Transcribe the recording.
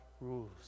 rules